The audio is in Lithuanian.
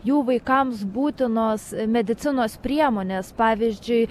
jų vaikams būtinos medicinos priemonės pavyzdžiui